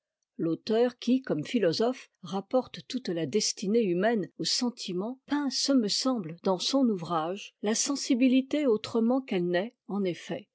l'auteur qui comme philosophe rapporte toute la destinée humaine au sentiment peint ce me semble dans son ouvrage la sensibilité autrement qu'elle n'est en effet